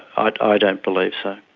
ah but i don't believe so.